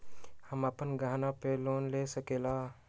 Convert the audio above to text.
हम अपन गहना पर लोन ले सकील?